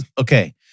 okay